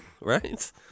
right